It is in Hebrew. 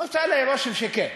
הוא עשה עלי רושם שכן.